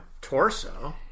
torso